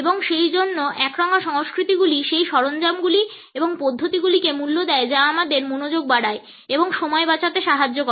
এবং সেইজন্য একরঙা সংস্কৃতিগুলি সেই সরঞ্জামগুলি এবং পদ্ধতিগুলিকে মূল্য দেয় যা আমাদের মনোযোগ বাড়ায় এবং সময় বাঁচাতে সাহায্য করে